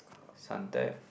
Suntec